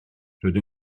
rydw